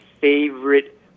favorite